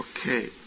Okay